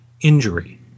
injury